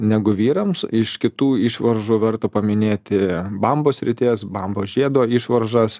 negu vyrams iš kitų išvaržų verta paminėti bambos srities bambos žiedo išvaržas